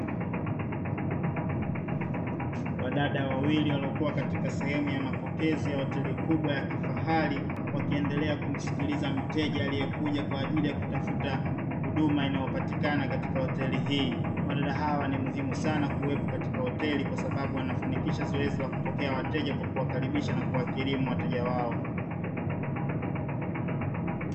Wadada wawili waliokuwa katika sehemu ya mapokezi ya hoteli kubwa ya kifahari, wakiendelea kumsikiliza mteja aliyekuja kwa ajili ya kutafuta huduma inayopatikana katika hoteli hii, wadada hawa ni muhimu sana kuwepo katika hoteli kwa sababu wanafanikisha zoezi la kupokea wateja kwa kuwakaribisha na kuwakirimu wateja wao.